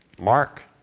Mark